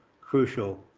crucial